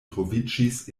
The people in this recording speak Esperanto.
troviĝis